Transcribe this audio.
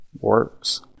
works